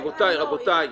העילה הוכחה בהליך הפלילי,